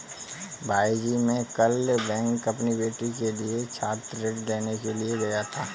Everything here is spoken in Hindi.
भाईजी मैं कल बैंक अपनी बेटी के लिए छात्र ऋण लेने के लिए गया था